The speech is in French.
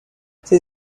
ses